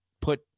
put